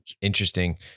Interesting